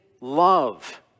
love